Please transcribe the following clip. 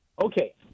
Okay